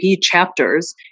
chapters